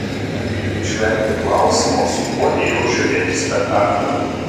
reikia išvengti klausimo su kuo ėjau žiūrėti spektaklio